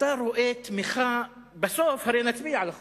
הרי בסוף נצביע על החוק.